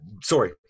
sorry